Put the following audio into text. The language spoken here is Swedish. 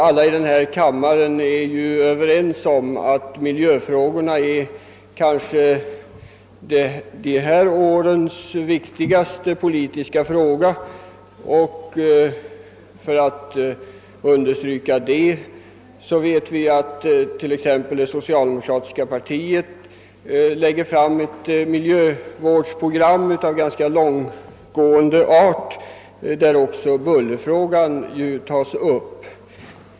Alla i denna kammare är överens om att miljöfrågorna är en av de senaste årens viktigaste politiska frågor. Jag kan understryka detta genom att peka på att det socialdemokratiska partiet framlagt ett ganska långtgående miljövårdsprogram där också bullerfrågan tas upp.